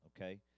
okay